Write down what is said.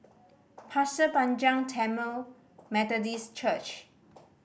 Pasir Panjang Tamil Methodist Church